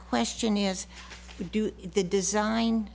question is do the design